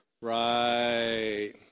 right